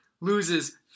loses